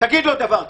ותגיד לו דבר כזה,